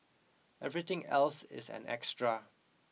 everything else is an extra